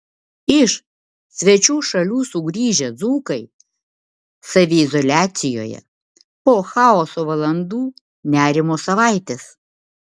iš svečių šalių sugrįžę dzūkai saviizoliacijoje po chaoso valandų nerimo savaitės